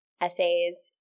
essays